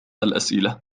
الأسئلة